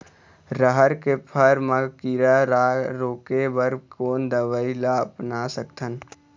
रहर के फर मा किरा रा रोके बर कोन दवई ला अपना सकथन?